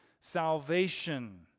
salvation